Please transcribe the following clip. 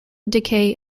decay